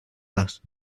les